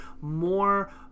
more